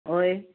ओय